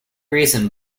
reason